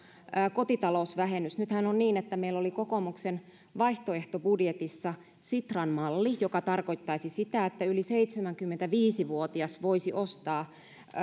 kotitalousvähennys nythän on niin että meillä oli kokoomuksen vaihtoehtobudjetissa sitran malli joka tarkoittaisi sitä että yli seitsemänkymmentäviisi vuotias voisi ostaa